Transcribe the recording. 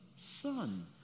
Son